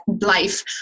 life